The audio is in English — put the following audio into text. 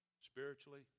spiritually